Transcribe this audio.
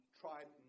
tried